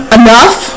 enough